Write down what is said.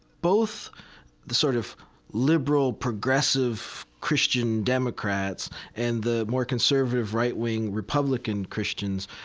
both the sort of liberal, progressive christian democrats and the more conservative, right-wing republican christians,